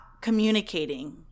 communicating